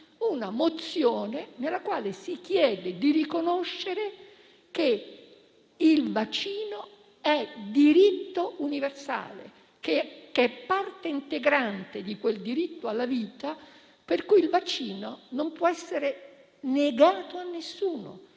una mozione nella quale si chiede di riconoscere che il vaccino è diritto universale ed è parte integrante del diritto alla vita, per cui non può essere negato a nessuno,